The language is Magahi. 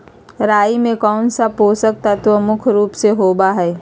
राई में कौन सा पौषक तत्व मुख्य रुप से होबा हई?